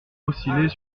oscillait